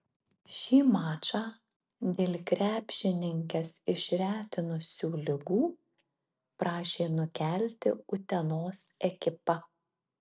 šį mačą dėl krepšininkes išretinusių ligų prašė nukelti utenos ekipa